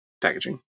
packaging